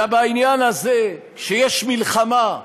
בעניין הזה, כשיש מלחמה,